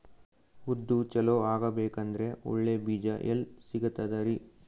ಉದ್ದು ಚಲೋ ಆಗಬೇಕಂದ್ರೆ ಒಳ್ಳೆ ಬೀಜ ಎಲ್ ಸಿಗತದರೀ?